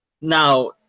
Now